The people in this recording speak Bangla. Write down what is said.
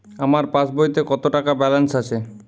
আমার পাসবইতে কত টাকা ব্যালান্স আছে?